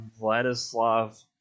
Vladislav